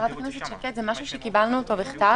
חברת הכנסת שקד, זה משהו שקיבלנו בכתב?